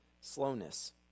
slowness